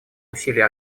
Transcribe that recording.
усилий